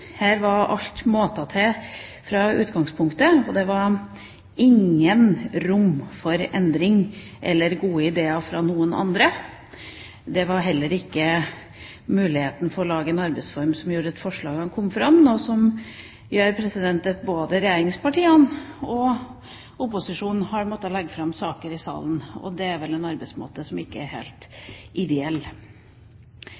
Her var alt måtet til fra utgangspunktet, og det var ingen rom for endring eller gode ideer fra noen andre. Det var heller ikke mulighet for å lage en arbeidsform som gjorde at forslagene kom fram, noe som gjør at både regjeringspartiene og opposisjonen har måttet legge fram saker i salen. Det er vel en arbeidsmåte som ikke er helt